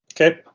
Okay